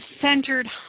centered